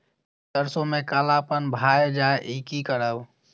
सरसों में कालापन भाय जाय इ कि करब?